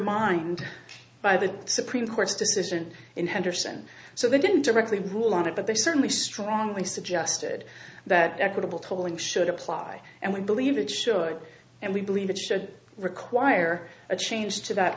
undermined by the supreme court's decision in henderson so they didn't directly rule on it but they certainly strongly suggested that equitable tolling should apply and we believe it should and we believe it should require a change to that